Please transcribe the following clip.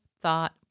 thought